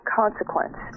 consequence